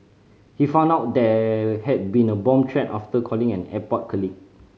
he found out there had been a bomb threat after calling an airport colleague